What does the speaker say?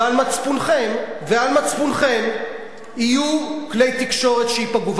על מצפונכם יהיו כלי תקשורת שייפגעו.